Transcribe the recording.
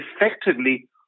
effectively